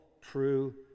true